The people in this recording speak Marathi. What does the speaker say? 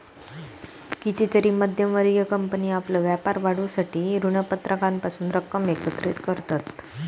कितीतरी मध्यम वर्गीय कंपनी आपलो व्यापार वाढवूसाठी ऋणपत्रांपासून रक्कम एकत्रित करतत